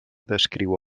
descriu